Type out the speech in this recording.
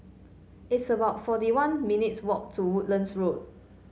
it's about forty one minutes' walk to Woodlands Road